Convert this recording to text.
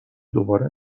دوباره